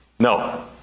No